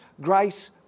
grace